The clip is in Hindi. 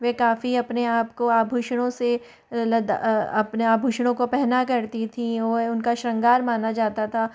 वे काफी अपने आप को आभूषणों से अपने आभूषणों को पहना करती थी और इनका श्रृंगार माना जाता था